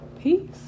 Peace